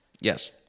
Yes